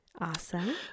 Awesome